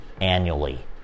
annually